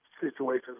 situations